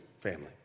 family